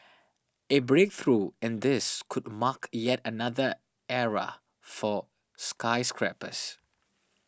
a breakthrough in this could mark yet another era for skyscrapers